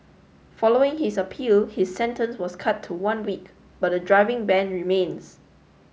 following his appeal his sentence was cut to one week but the driving ban remains